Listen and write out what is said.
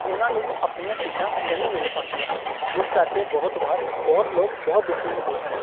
ਉਹਨਾਂ ਨੂੰ ਵੀ ਆਪਣੀਆਂ ਸੀਟਾਂ ਨਹੀਂ ਮਿਲ ਪਾਉਂਦੀਆਂ ਹਨ ਜਿਸ ਕਰਕੇ ਬਹੁਤ ਵਾਰ ਬਹੁਤ ਲੋਕ ਬਹੁਤ ਦੁਖੀ ਹੁੰਦੇ ਹਨ